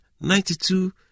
ninety-two